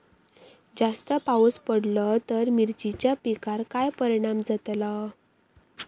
जास्त पाऊस पडलो तर मिरचीच्या पिकार काय परणाम जतालो?